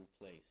place